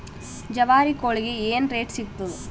ಜವಾರಿ ಕೋಳಿಗಿ ಏನ್ ರೇಟ್ ಸಿಗ್ತದ?